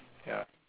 ya